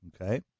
Okay